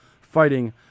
Fighting